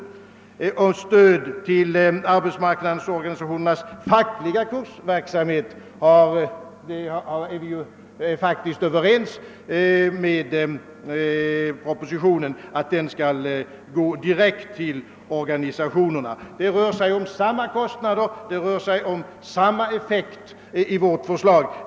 Stödet till arbetsmarknadsorganisationernas fackliga kursverksamhet bör, som föreslås i propositionen, gå direkt till organisationerna. Det rör sig om samma kostnader och samma effekt i vårt förslag.